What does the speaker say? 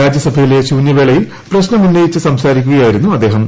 രാജ്യസഭയിലെ ശൂന്യവേളയിൽ പ്രശ്നം ഉന്നയിച്ച് സംസാരിക്കുകയായിരുന്നു അദ്ദേഹം